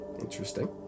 Interesting